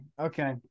Okay